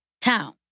town